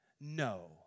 No